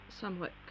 somewhat